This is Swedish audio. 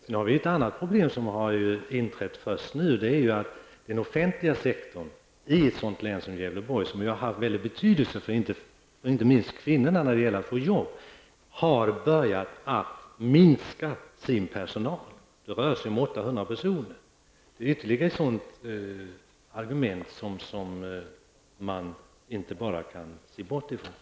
Sedan finns det ett annat problem, som har uppstått först nu, nämligen att den offentliga sektorn i ett sådant län som Gävleborg, som har haft betydelse inte minst för kvinnorna när det gäller att få arbete, har börjat minska sin personalstyrka. Det rör sig om 800 personer. Det är ytterligare ett argument som man inte bara kan bortse från.